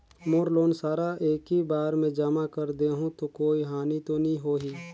मोर loan सारा एकी बार मे जमा कर देहु तो कोई हानि तो नी होही?